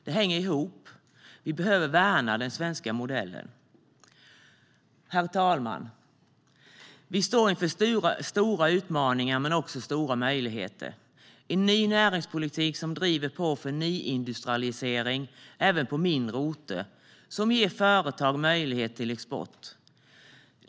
Det hänger ihop. Vi behöver värna den svenska modellen. Herr talman! Vi står inför stora utmaningar men också stora möjligheter med en ny näringspolitik som driver på för nyindustrialisering även på mindre orter och ger företag möjlighet till export.